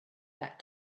that